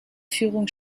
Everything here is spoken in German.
führung